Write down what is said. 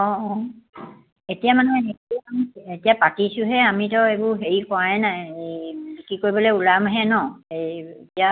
অঁ অঁ এতিয়া মানে এতিয়া পাতিছোঁহে আমিতো এইবোৰ হেৰি কৰাই নাই এই কি কৰিবলে ওলাম হে ন এই এতিয়া